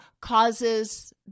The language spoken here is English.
causes